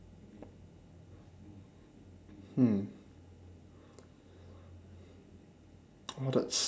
oh that's